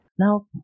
Now